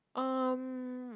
um